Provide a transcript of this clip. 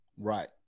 Right